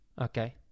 Okay